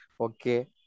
Okay